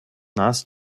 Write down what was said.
нас